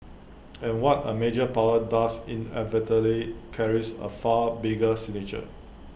and what A major power does inevitably carries A far bigger signature